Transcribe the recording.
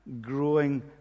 growing